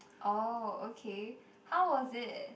oh okay how was it